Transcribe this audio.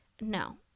no